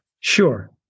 sure